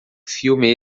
filme